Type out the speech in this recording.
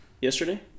Yesterday